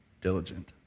diligent